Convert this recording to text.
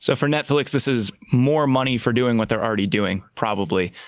so for netflix, this is more money for doing what they're already doing, probably.